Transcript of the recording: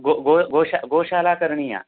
गौः गौः गोशाला गोशाला करणीया